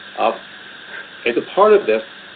ah as a part of this,